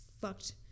fucked